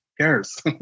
cares